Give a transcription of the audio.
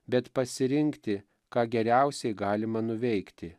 bet pasirinkti ką geriausiai galima nuveikti